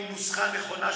עם נוסחה נכונה,